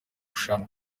rushanwa